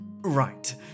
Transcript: Right